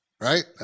right